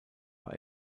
war